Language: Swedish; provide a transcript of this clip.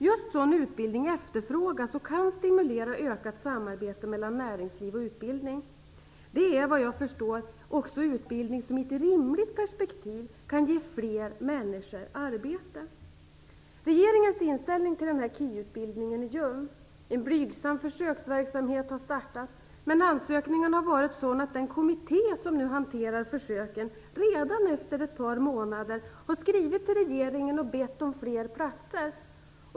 Just sådan utbildning efterfrågas och kan stimulera ökat samarbete mellan näringsliv och utbildning. Det är vad jag förstår också utbildning som i ett rimligt perspektiv kan ge fler människor arbete. Regeringens inställning till denna s.k. keyutbildning är ljum. En blygsam försöksverksamhet har startat, men ansökningarna har varit sådana att den kommitté som nu hanterar försöken redan efter ett par månader har skrivit till regeringen och bett om fler platser.